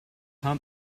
hump